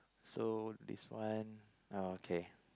so this one oh okay